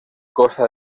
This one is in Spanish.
costa